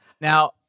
Now